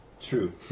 True